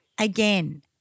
again